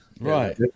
right